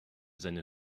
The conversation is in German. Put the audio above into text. seine